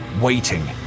waiting